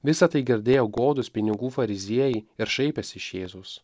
visa tai girdėjo godūs pinigų fariziejai ir šaipės iš jėzaus